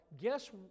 guess